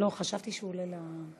מוסדות החינוך מחויבים לפעול על-פי